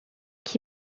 qui